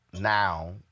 now